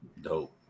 Dope